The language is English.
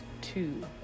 two